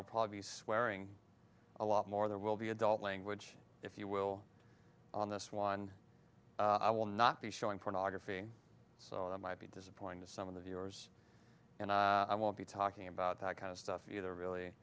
i'll be swearing a lot more there will be adult language if you will on this one i will not be showing pornography so i might be disappointing to some of the viewers and i won't be talking about that kind of stuff either really